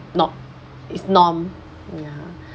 norm~ it's norm mm ya